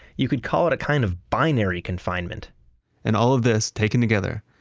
you could call it a kind of binary confinement and all of this taken together,